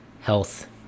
health